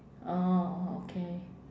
orh orh okay